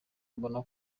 mbona